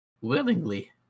willingly